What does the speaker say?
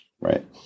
right